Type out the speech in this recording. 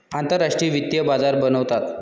आंतरराष्ट्रीय वित्तीय बाजार बनवतात